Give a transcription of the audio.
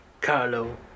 Carlo